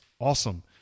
awesome